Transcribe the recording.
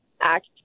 act